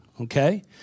okay